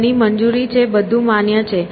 તેની મંજૂરી છે બધું માન્ય છે